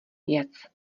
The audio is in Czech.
věc